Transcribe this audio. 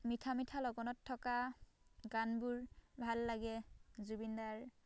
মিঠা মিঠা লগনত থকা গানবোৰ ভাল লাগে জুবিনদাৰ